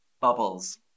bubbles